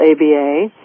ABA